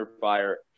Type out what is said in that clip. fire